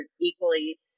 equally